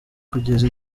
kugenza